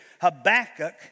Habakkuk